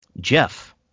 Jeff